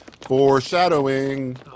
foreshadowing